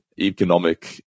economic